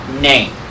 name